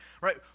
Right